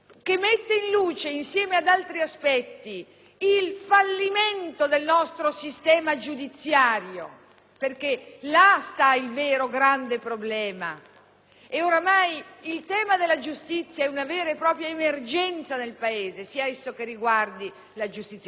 perché là sta il vero e grande problema. Ormai il tema della giustizia è una vera e propria emergenza nel Paese, sia che esso riguardi la giustizia civile come quella penale e tutti lo vivono sulla propria pelle, dai cittadini innanzitutto alle imprese